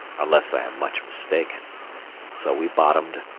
unless i am much mistaken so we bottomed,